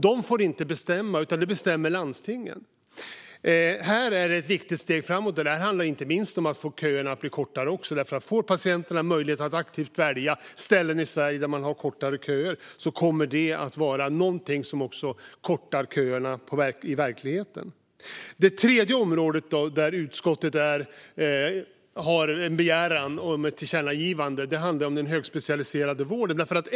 De får inte bestämma, utan landstingen bestämmer. Detta är ett viktigt steg framåt, och det handlar inte minst om att få köerna att bli kortare. Får patienterna möjlighet att aktivt välja ställen i Sverige där man har kortare köer kommer det nämligen även att korta köerna i verkligheten. Det tredje området där utskottet föreslår ett tillkännagivande är den högspecialiserade vården.